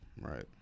right